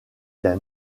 d’un